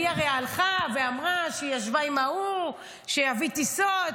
היא הרי הלכה ואמרה שהיא ישבה עם ההוא שיביא טיסות.